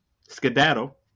skedaddle